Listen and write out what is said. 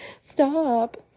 stop